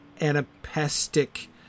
anapestic